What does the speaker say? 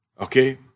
Okay